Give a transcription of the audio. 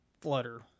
flutter